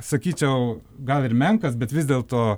sakyčiau gal ir menkas bet vis dėlto